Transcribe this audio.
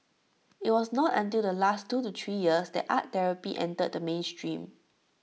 IT was not until the last two to three years that art therapy entered the mainstream